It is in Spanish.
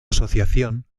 asociación